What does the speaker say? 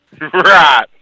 Right